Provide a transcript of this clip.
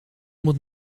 moet